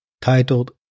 titled